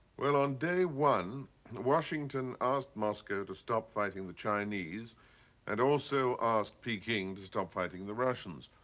well, on day one washington asked moscow to stop fighting the chinese and also asked peking to stop fighting the russians.